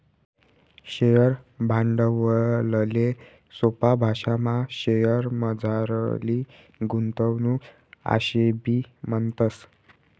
share भांडवलले सोपा भाशामा शेअरमझारली गुंतवणूक आशेबी म्हणतस